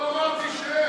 אבל אמרתי שיש.